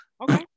Okay